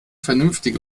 vernünftige